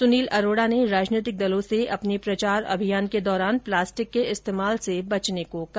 सुनील अरोड़ा ने राजनीतिक दलों से अपने प्रचार अभियान के दौरान प्लास्टिक के इस्तेमाल से बचने को कहा